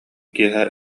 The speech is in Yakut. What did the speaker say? киэһэ